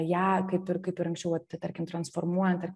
ją kaip ir kaip ir anksčiau tarkim transformuojant ar